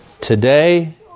today